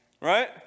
Right